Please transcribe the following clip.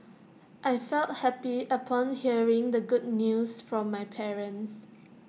I felt happy upon hearing the good news from my parents